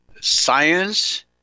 science